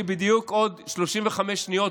יש לי בדיוק עוד 35 שניות,